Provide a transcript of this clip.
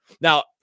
now